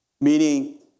meaning